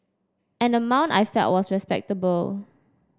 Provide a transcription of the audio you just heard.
an amount I felt was respectable